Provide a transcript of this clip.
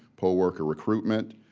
poll worker recruitment,